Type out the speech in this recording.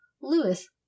lewis